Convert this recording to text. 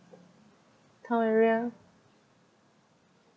town area